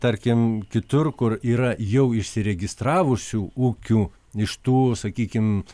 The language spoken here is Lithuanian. tarkim kitur kur yra jau išsiregistravusių ūkių iš tų sakykim